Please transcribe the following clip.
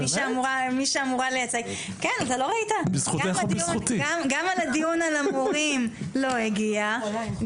גם לדיון על המורים לא הגיעה,